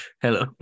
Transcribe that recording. Hello